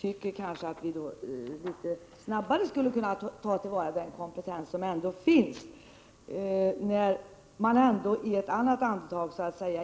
Vi borde kanske litet snabbare kunna ta till vara den kompetens som ändå finns, i synnerhet när socialstyrelsen i ett annat andetag så att säga